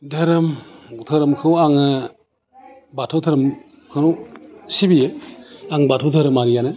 दोहोरोम दोहोरोमखौ आङो बाथौ दोहोरोमखौ सिबियो आं बाथौ दोहोरोमआरियानो